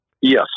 Yes